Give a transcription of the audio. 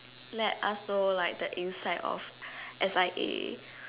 let us know like the inside of S_I_A